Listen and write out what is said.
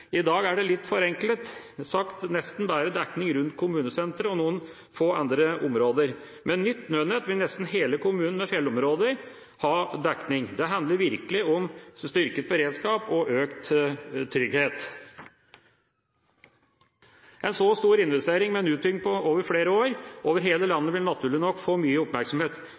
i Oppland i utstrekning. I dag er det, litt forenklet sagt, dekning nesten bare rundt kommunesenteret og noen få andre områder. Med nytt nødnett vil nesten hele kommunen, med fjellområder, ha dekning. Det handler virkelig om styrket beredskap og økt trygghet. En så stor investering, med en utbygging over flere år over hele landet, vil naturlig nok få mye oppmerksomhet.